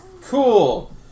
Cool